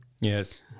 Yes